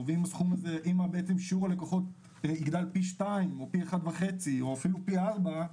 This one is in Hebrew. ואם שיעור הלקוחות יגדל פי שניים או פי אחד וחצי או אפילו פי ארבעה